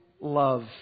love